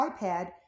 iPad